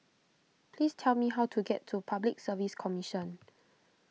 please tell me how to get to Public Service Commission